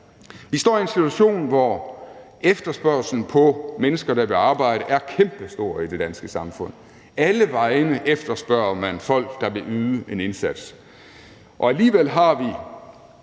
Vi står i en situation, hvor efterspørgslen på mennesker, der vil arbejde, er kæmpestor i det danske samfund, og alle vegne efterspørger man folk, der vil yde en indsats, men alligevel har vi